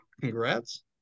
congrats